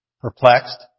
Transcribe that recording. Perplexed